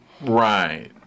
Right